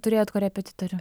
turėjot korepetitorių